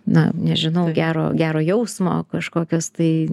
na nežinau gero gero jausmo kažkokios tai